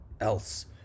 else